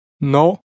No